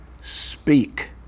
speak